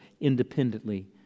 independently